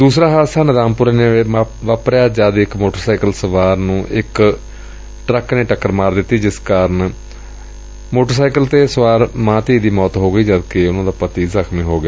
ਦੁਸਰਾ ਹਾੂਦਸਾ ਨੂਦਾਮਪੁਰ ਨੇਤੇ ਵਾਪਰਿਆ ਜਦ ਇਕ ਸੋਟਰ ਸਾਈਕਲ ਸਵਾਰ ਨੂੰ ਇਕ ਟਰੱਕ ਨੇ ਟੱਕਰ ਮਾਰ ਦਿੱਤੀ ਜਿਸ ਕਾਰਨ ਮਾਂ ਧੀ ਦੀ ਮੌਤ ਹੋ ਗਈ ਜਦਕਿ ਪਤੀ ਜ਼ਖ਼ਮੀ ਹੋ ਗਿਆ